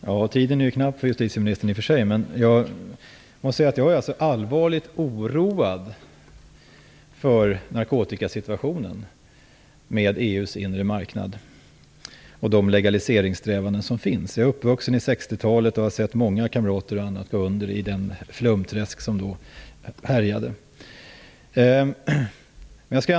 Fru talman! Taletiden är i och för sig knapp för justitieministern. Men jag är allvarligt oroad för narkotikasituationen med EU:s inre marknad och de legaliseringssträvanden som där finns. Jag är uppvuxen under 60-talet och har sett många kamrater och andra gå under i det flumträsk som då härjade.